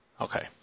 Okay